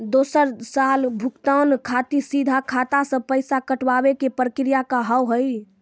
दोसर साल भुगतान खातिर सीधा खाता से पैसा कटवाए के प्रक्रिया का हाव हई?